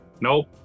Nope